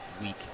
week